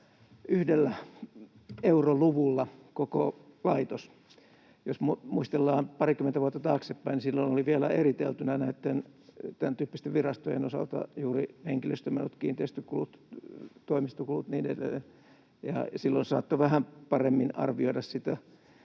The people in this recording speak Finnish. yhdellä euroluvulla koko laitos. Jos muistellaan parikymmentä vuotta taaksepäin, niin silloin vielä oli eriteltynä näitten tämän tyyppisten virastojen osalta juuri henkilöstömenot, kiinteistökulut, toimistokulut, niin edelleen, ja silloin saattoi vähän paremmin arvioida sitä,